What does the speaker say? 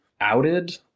outed